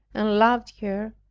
and loved her,